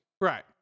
Right